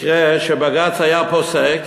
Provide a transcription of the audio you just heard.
מקרה שבג"ץ היה פוסק,